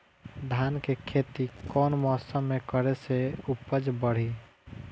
धान के खेती कौन मौसम में करे से उपज बढ़ी?